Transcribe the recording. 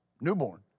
newborn